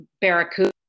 barracuda